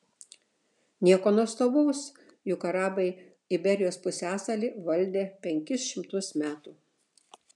nieko nuostabaus juk arabai iberijos pusiasalį valdė penkis šimtus metų